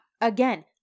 Again